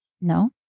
No